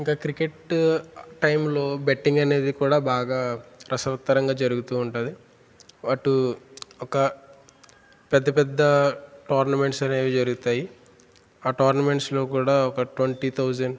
ఇంకా క్రికెట్ టైంలో బెట్టింగ్ అనేది కూడా బాగా రసవత్తరంగా జరుగుతూ ఉంటుంది అటు ఒక పెద్ద పెద్ద టోర్నమెంట్స్ అనేవి జరుగుతాయి ఆ టోర్నమెంట్స్లో కూడా ఒక ట్వంటీ థౌజండ్